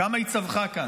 כמה היא צווחה כאן.